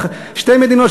שתי מדינות,